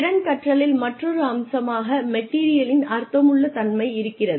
திறன் கற்றலின் மற்றொரு அம்சமாக மெட்டீரியலின் அர்த்தமுள்ள தன்மை இருக்கிறது